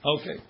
Okay